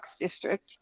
district